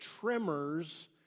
tremors